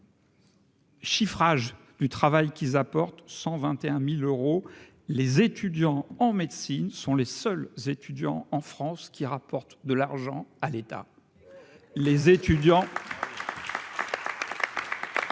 Chiffrage du travail qu'ils apportent 121000 euros, les étudiants en médecine sont les seuls étudiants en France qui rapporte de l'argent à l'État, les étudiants.